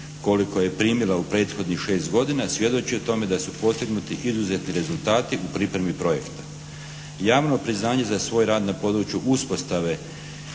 koliko je primila u prethodnih 6 godina svjedoči o tome da su postignuti izuzetni rezultati u pripremi projekta. Javno priznanje za svoj rad na području uspostave